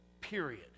period